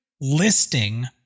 listing